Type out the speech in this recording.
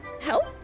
help